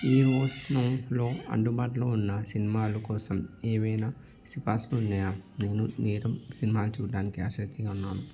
ఈవోస్నౌలో అందుబాటులో ఉన్న సినిమాల కోసం ఏవైనా సిఫార్సులు ఉన్నాయా నేను నేరం సినిమాలు చూడడానికి ఆసక్తిగా ఉన్నాను